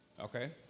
okay